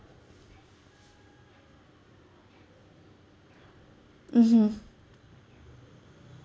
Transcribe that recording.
mmhmm